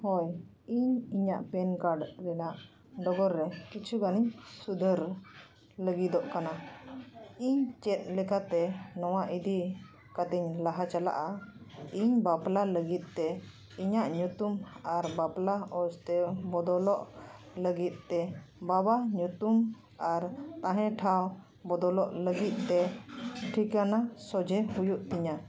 ᱦᱳᱭ ᱤᱧ ᱤᱧᱟᱹᱜ ᱯᱮᱱ ᱠᱟᱨᱰ ᱨᱮᱱᱟᱜ ᱰᱚᱜᱚᱨ ᱨᱮ ᱠᱤᱪᱷᱩ ᱜᱟᱱᱤᱧ ᱥᱩᱫᱷᱟᱹᱨ ᱞᱟᱹᱜᱤᱫᱚᱜ ᱠᱟᱱᱟ ᱤᱧ ᱪᱮᱫ ᱞᱮᱠᱟᱛᱮ ᱱᱚᱣᱟ ᱤᱫᱤ ᱠᱟᱛᱮᱧ ᱞᱟᱦᱟ ᱪᱟᱞᱟᱜᱼᱟ ᱤᱧ ᱵᱟᱯᱞᱟ ᱞᱟᱹᱜᱤᱫ ᱛᱮ ᱧᱩᱛᱩᱢ ᱟᱨ ᱚᱞ ᱛᱮ ᱵᱚᱫᱚᱞᱚᱜ ᱞᱟᱹᱜᱤᱫ ᱛᱮ ᱵᱟᱵᱟ ᱧᱩᱛᱩᱢ ᱟᱨ ᱛᱟᱦᱮᱸ ᱴᱷᱟᱶ ᱵᱚᱫᱚᱞᱚᱜ ᱞᱟᱹᱜᱤᱫ ᱛᱮ ᱴᱷᱤᱠᱟᱹᱱᱟ ᱥᱚᱡᱷᱮ ᱦᱩᱭᱩᱜ ᱛᱤᱧᱟ